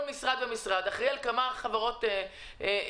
כל משרד ומשרד אחראי על כמה חברות ממשלתיות.